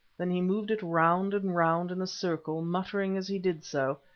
then he moved it round and round in a circle, muttering as he did so,